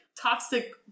toxic